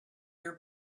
your